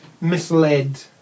misled